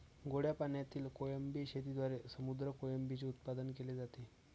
गोड्या पाण्यातील कोळंबी शेतीद्वारे समुद्री कोळंबीचे उत्पादन केले जाते